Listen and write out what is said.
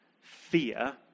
fear